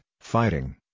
fighting